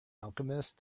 alchemist